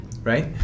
right